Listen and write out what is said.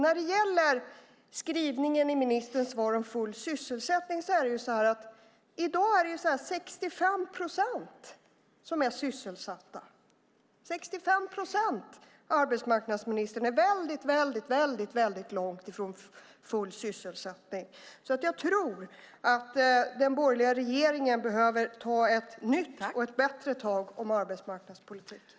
När det gäller ministerns skrivning i svaret om full sysselsättning är det i dag 65 procent som är sysselsatta, arbetsmarknadsministern. Det är väldigt, väldigt långt från full sysselsättning. Jag tror att den borgerliga regeringen behöver ta ett nytt och ett bättre tag om arbetsmarknadspolitiken.